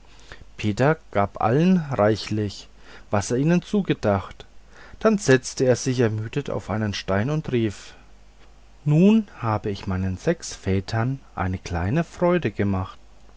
peter gab allen reichlich was er ihnen zugedacht dann setzte er sich ermüdet auf einen stein und rief nun hab ich meinen sechs vätern eine kleine freude gemacht